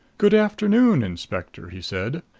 good afternoon, inspector, he said.